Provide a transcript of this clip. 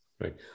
Right